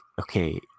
okay